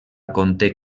conté